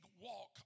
walk